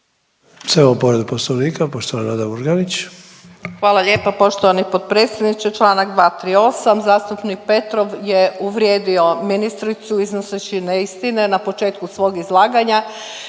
Sad imamo povredu Poslovnika, poštovana Nada Murganić. **Murganić, Nada (HDZ)** Hvala lijepa poštovani potpredsjedniče. Čl. 238, zastupnik Petrov je uvrijedio ministricu iznoseći neistine na početku svog izlaganja